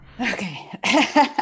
Okay